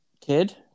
kid